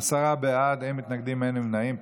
עשרה בעד, אין מתנגדים, אין נמנעים.